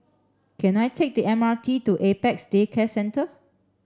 can I take the M R T to Apex Day Care Centre